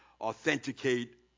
authenticate